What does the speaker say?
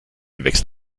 wächst